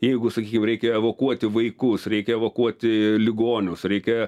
jeigu sakykim reikia evakuoti vaikus reikia evakuoti ligonius reikia